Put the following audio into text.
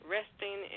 Resting